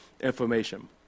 information